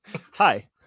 hi